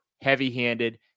heavy-handed